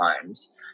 times